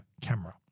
camera